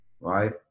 right